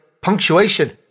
punctuation